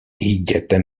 jděte